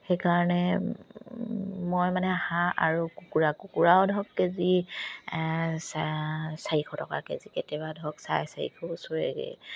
সেইকাৰণে মই মানে হাঁহ আৰু কুকুৰা কুকুৰাও ধৰক কেজি চা চাৰিশ টকা কেজি কেতিয়াবা ধৰক চাৰে চাৰিশও চোৱেগে